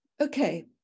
Okay